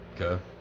Okay